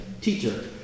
Teacher